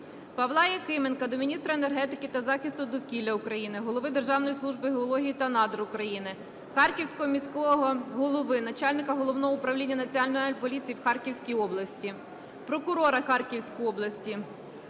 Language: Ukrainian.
Павла Якименка до міністра енергетики та захисту довкілля України, голови Державної служби геології та надр України, Харківського міського голови, начальника Головного управління Національної поліції в Харківській області, прокурора Харківської області,